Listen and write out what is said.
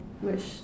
wish